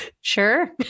sure